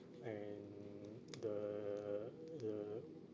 and the the